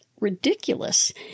ridiculous